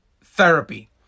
therapy